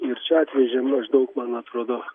ir čia atvežė maždaug man atrodo